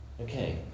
Okay